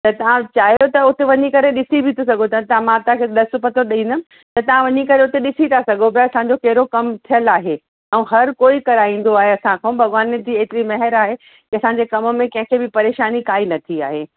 त तव्हां चाहियो त हुते वञी करे ॾिसी बि सघो था मां तव्हांखे ॾस पतो ॾींदमि त तव्हां वञी करे उते ॾिसी था सघो पिया असांजो कहिड़ो कमु थियलु आहे ऐं हर कोई कराईंदो आहे असांखां भॻिवान जी एतरी मेहर आहे की असांजे कम में कंहिंखे बि परेशानी काई न थी आहे